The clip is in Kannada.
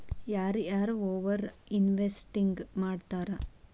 ಯಾರ ಯಾರ ಓವರ್ ಇನ್ವೆಸ್ಟಿಂಗ್ ಮಾಡ್ತಾರಾ